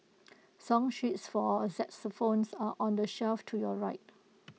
song sheets for xylophones are on the shelf to your right